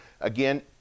Again